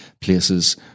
places